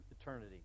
eternity